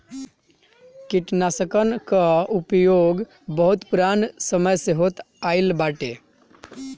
कीटनाशकन कअ उपयोग बहुत पुरान समय से होत आइल बाटे